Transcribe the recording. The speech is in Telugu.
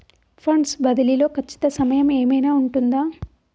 ఫండ్స్ బదిలీ లో ఖచ్చిత సమయం ఏమైనా ఉంటుందా?